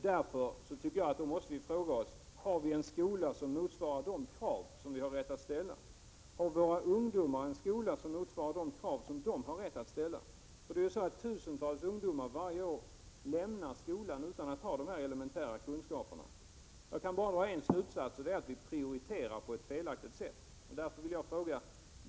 Vi måste fråga oss om vi har en skola som motsvarar de krav som vi har rätt att ställa. Har våra ungdomar en skola som motsvarar de krav som de har rätt att ställa? Varje år lämnar tusentals ungdomar skolan utan att ha elementära kunskaper. Jag kan bara dra en slutsats: vi prioriterar på ett felaktigt sätt.